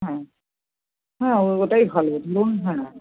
হুম হ্যাঁ ওটাই ভালো লোন হ্যাঁ